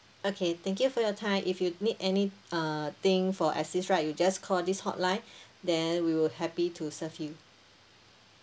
okay thank you for your time if you need any uh thing for assist right you just call this hotline then we will happy to serve you